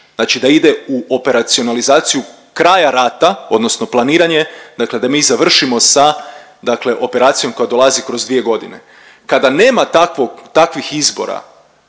znači da ide u operacionalizaciju kraja rata odnosno planiranje, da mi završimo sa dakle operacijom koja dolazi kroz 2 godine. Kada nema takvih izbora,